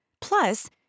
Plus